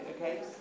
Okay